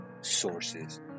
sources